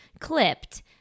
Clipped